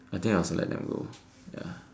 I think I will also let them go ya